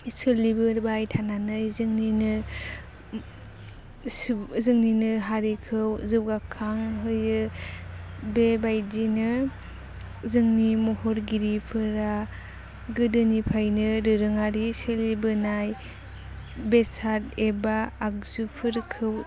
सोलिबोबाय थानानै जोंनिनो सुब जोंनिनो हारिखौ जौगाखांहोयो बेबायदिनो जोंनि महरगिरिफोरा गोदोनिफ्रायनो दोरोङारि सोलिबोनाय बेसाद एबा आगजुफोरखौ